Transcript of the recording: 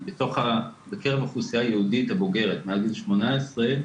בקרב האוכלוסייה היהודית הבוגרת מעל גיל 18,